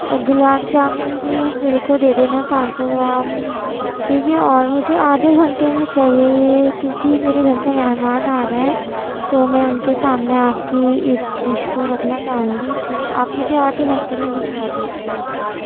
اور گلاب جامن بھی میرے کو دے دینا پانچ سو گرام ٹھیک ہے اور مجھے آدھے گھنٹے میں چاہیے یہ کیونکہ میرے گھر پہ مہمان آ رہے ہیں تو میں ان کے سامنے آپ کی اس ڈش کو رکھنا چاہوں گی تو آپ مجھے آدھے گھنٹے میں بھیجوا دیجیے